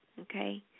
Okay